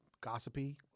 gossipy